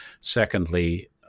Secondly